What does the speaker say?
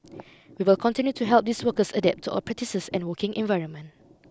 we will continue to help these workers adapt to our practices and working environment